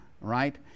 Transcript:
right